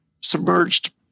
submerged